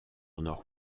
nord